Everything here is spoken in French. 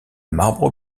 marbre